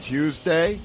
Tuesday